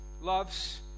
loves